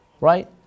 right